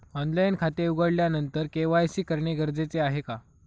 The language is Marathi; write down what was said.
ऑनलाईन खाते उघडल्यानंतर के.वाय.सी करणे गरजेचे आहे का?